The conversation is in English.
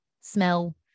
smell